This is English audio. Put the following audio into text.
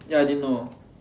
ya I didn't know